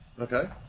Okay